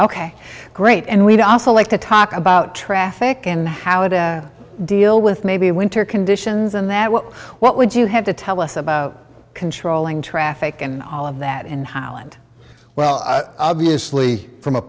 ok great and we'd also like to talk about traffic and how to deal with maybe winter conditions in that well what would you have to tell us about controlling traffic and all of that and holland well obviously from a